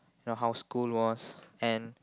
you know how school was and